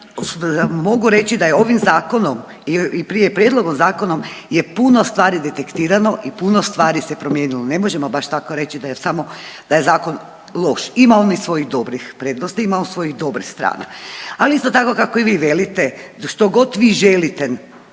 mogu reći da je ovim zakonom i prije prijedlogom zakonom je puno stvari detektirano i puno stvari se promijenilo, ne možemo baš tako reći da je samo, da je zakon loš. Ima on i svojih dobrih prednosti, ima on svojih dobrih strana. Ali isto tako kako i vi velite što god vi želite